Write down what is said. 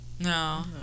no